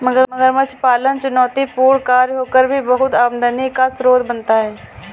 मगरमच्छ पालन चुनौतीपूर्ण कार्य होकर भी बहुत आमदनी का स्रोत बनता है